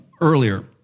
earlier